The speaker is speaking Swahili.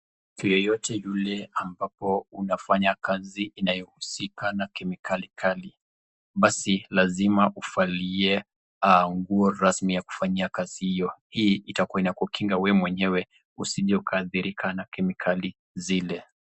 Mtu yeyote yule ambaye anafanya kazi inahusika na kemikali kali basi lazima uvalie nguo rasmi ya kufanyia kazi hiyo. Hii itakua inakukinga wewe mwenyewe usiathirike na kemikali zile.